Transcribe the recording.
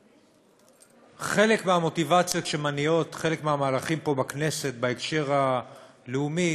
חלק מהמוטיבציות שמניעות חלק מהמהלכים פה בכנסת בהקשר הלאומי